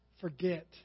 forget